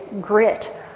grit